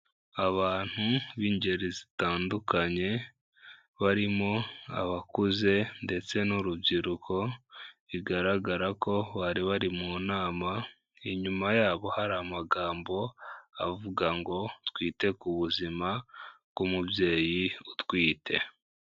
Abantu b'ingeri zitandukanye barimo abakuze ndetse n'urubyiruko bigaragara ko bari bari mu nama, inyuma y'abo hari amagambo avuga ngo twite ku buzima bw'umubyeyi utwite.